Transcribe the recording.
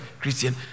Christian